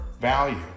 value